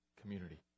community